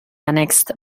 annexed